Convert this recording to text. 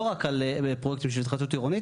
לא רק בפרויקטים של התחדשות עירונית.